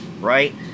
right